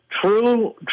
True